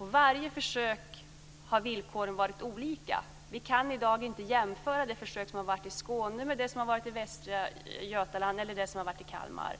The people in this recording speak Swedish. Vid varje försök har villkoren varit olika. Vi kan i dag inte jämföra de försök som har varit i Skåne med dem som har varit i Västra Götaland eller i Kalmar.